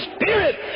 Spirit